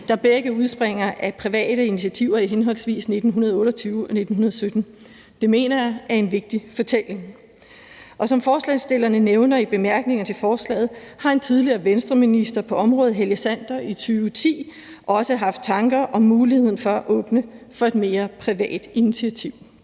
der begge udspringer af private initiativer i henholdsvis 1928 og 1917. Det mener jeg er en vigtig fortælling. Og som forslagsstillerne nævner i bemærkningerne til forslaget, har en tidligere Venstreminister på området, Helge Sander, i 2010 også haft tanker om muligheden for at åbne for et mere privat initiativ.